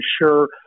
sure